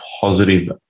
positive